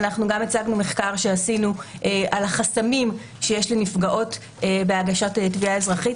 אנחנו גם הצגנו מחקר שעשינו על החסמים שיש לנפגעות בהגשת תביעה אזרחית.